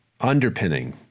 Underpinning